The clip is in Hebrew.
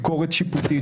ביקורת שיפוטית,